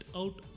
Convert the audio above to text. out